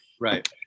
Right